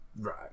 Right